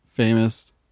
Famous